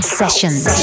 sessions